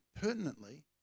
pertinently